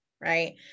right